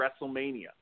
WrestleMania